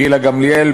גילה גמליאל,